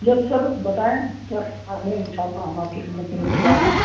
یس sir بتائیں کیا خدمت ہے ان شاء اللہ ہم آپ کی خدمت کے لیے تیار ہیں